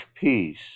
peace